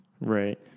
Right